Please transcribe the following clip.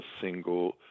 single